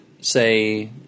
say